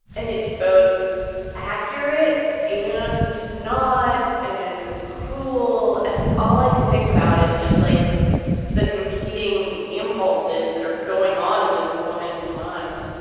and it's both accurate and not and cruel. and all i could think about is just like the competing impulses that are going on in this woman's mind.